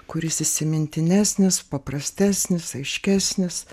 kuris įsimintinesnis paprastesnis aiškesnis